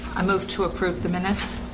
i moved to approve the minutes